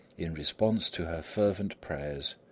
in response to her fervent prayers,